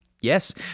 yes